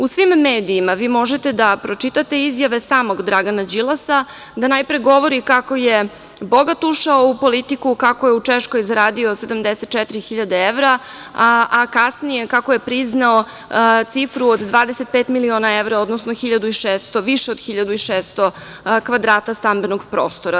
U svim medijima vi možete da pročitate izjave samog Dragana Đilasa, da najpre govori kako je bogat ušao u politiku, kako je u Češkoj zaradio 74.000 evra, a kasnije kako je priznao cifru od 25 miliona evra, odnosno više od 1.600 kvadrata stamenog prostora.